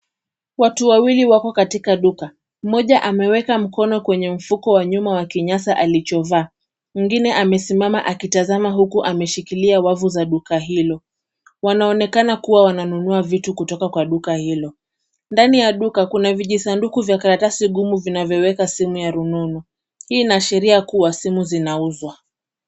Watu wawili wako katika duka. Mmoja ameweka mkono kwenye mfuko wa nyuma wa kinyasa alichovaa. Mwengine amesimama akitazama huku akishikilia wavu za duka hilo. Wanaonekana kuwa wananunua vitu kutoka kwa duka hilo. Ndani ya duka kuna vijisanduku vya karatasi ngumu vinavyoeeka simu ya rununu. Hii inaashiria kuwa simu zinauzwa.